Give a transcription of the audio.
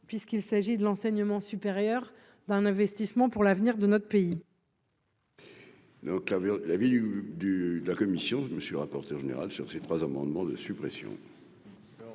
puisqu'il s'agit de l'enseignement supérieur d'un investissement pour l'avenir de notre pays.